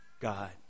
God